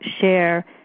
share